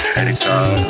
Anytime